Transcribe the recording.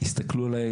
הסתכלו עליי,